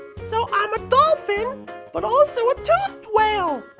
so i'm a dolphin but also a toothed whale!